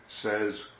says